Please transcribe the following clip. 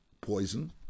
poison